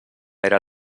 era